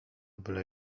byle